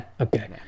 Okay